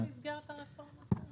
זה לא במסגרת הרפורמה הזו.